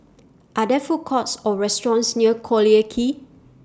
Are There Food Courts Or restaurants near Collyer Quay